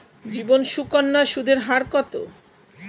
জীবন সুকন্যা সুদের হার কত?